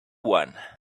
one